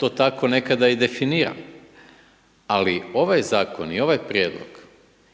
to tako nekada i definira. Ali ovaj zakon i ovaj prijedlog